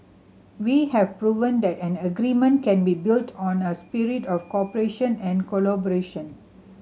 we have proven that an agreement can be built on a spirit of cooperation and collaboration